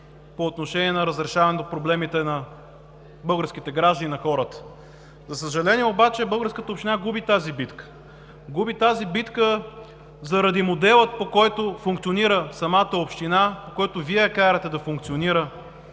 по отношение на разрешаването на проблемите на българските граждани и на хората. За съжаление, обаче българската община губи тази битка. Губи тази битка заради модела, по който функционира самата община, по който Вие я карате да функционира,